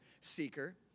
seeker